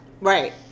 Right